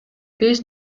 биз